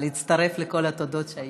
להצטרף לכל התודות שהיו